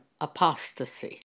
apostasy